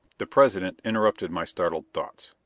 the president interrupted my startled thoughts.